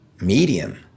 medium